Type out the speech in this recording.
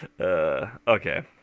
Okay